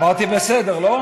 אמרתי בסדר, לא?